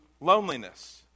loneliness